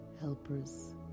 helpers